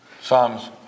Psalms